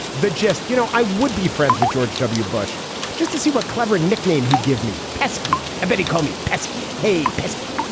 the gist. you know i would be friends with george w. bush just to see what clever nickname he'd give me. pesky betty call me pesky hey pesky